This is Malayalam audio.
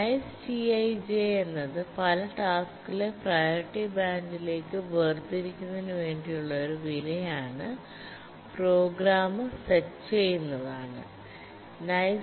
niceTi j എന്നത് പല ടാസ്കുകളെ പ്രിയോറിറ്റി ബാൻഡിലേക്ക് വേർതിരിക്കുന്നതിനു വേണ്ടി ഉള്ള ഒരു വില ആണ് പ്രോഗ്രാമർ സെറ്റ് ചെയ്യുന്നത് ആണ്